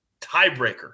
tiebreaker